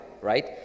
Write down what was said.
right